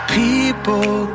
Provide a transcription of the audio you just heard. people